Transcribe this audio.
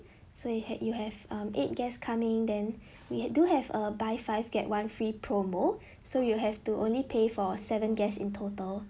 so you had you have um eight guests coming then we do have uh buy five get one free promo so you have to only pay for seven guests in total